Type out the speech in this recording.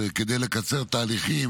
כדי לקצר תהליכים,